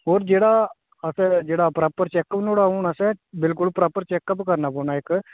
होर जेह्ड़ा असर जेह्ड़ा प्रापर चेकअप थुआड़ा हून असें बिल्कुल प्रापर चेकअप करना पौना इक